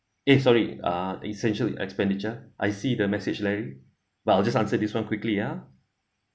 eh sorry uh essentially expenditure I see the message larry but I'll just answer this one quickly ya